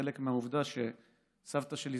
כחלק מהעובדה שסבתא שלי,